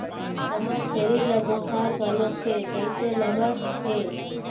हमर छेरी ल बुखार घलोक हे तइसे लागत हे